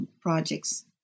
projects